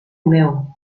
meu